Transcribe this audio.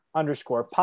underscore